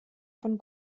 von